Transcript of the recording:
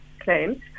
claims